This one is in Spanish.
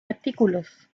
artículos